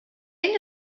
end